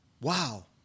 wow